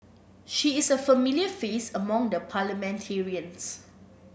she is a familiar face among the parliamentarians